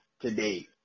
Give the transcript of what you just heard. today